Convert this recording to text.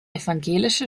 evangelische